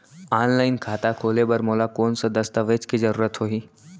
Online खाता खोले बर मोला कोन कोन स दस्तावेज के जरूरत होही?